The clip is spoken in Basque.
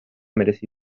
merezi